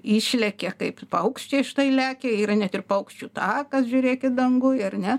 išlekia kaip paukščiai štai lekia yra net ir paukščių takas žiūrėkit danguje ar ne